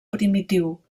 primitiu